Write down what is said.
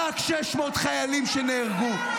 רק 600 חיילים שנהרגו.